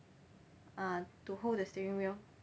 ah to hold the steering wheel